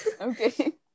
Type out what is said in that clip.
Okay